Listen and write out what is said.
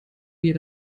wir